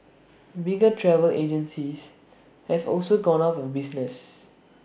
bigger travel agencies have also gone out of business